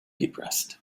depressed